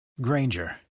Granger